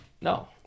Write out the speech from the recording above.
No